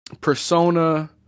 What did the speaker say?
Persona